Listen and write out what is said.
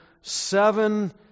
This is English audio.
seven